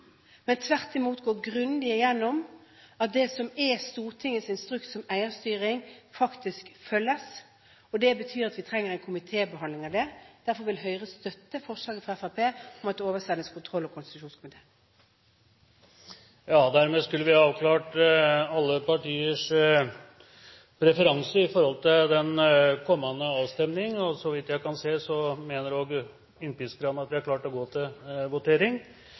men at man tvert imot går grundig igjennom at det som er Stortingets instruks om eierstyring, faktisk følges. Det betyr at vi trenger en komitébehandling av dette, og derfor vil Høyre støtte forslaget fra Fremskrittspartiet om at redegjørelsen oversendes kontroll- og konstitusjonskomiteen. Dermed skulle vi ha avklart alle partiers preferanser i forhold til den kommende avstemning. Så vidt presidenten kan se, mener også innpiskerne at vi er klare til å gå til votering.